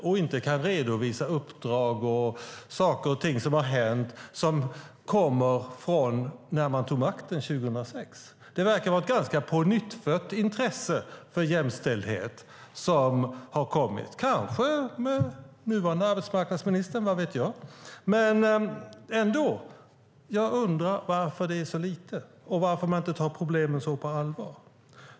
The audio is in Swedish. Den kan inte redovisa uppdrag och saker och ting som har hänt och som kommer från den tid då man tog makten 2006. Det verkar vara ett ganska pånyttfött intresse för jämställdhet som har kommit, kanske från den nuvarande arbetsmarknadsministern - vad vet jag? Men jag undrar varför det är så lite och varför man inte tar problemen på allvar.